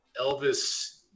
Elvis